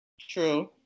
True